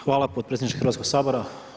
Hvala potpredsjedniče Hrvatskog sabora.